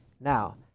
Now